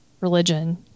religion